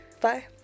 Bye